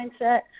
mindset